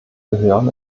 gehören